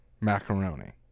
macaroni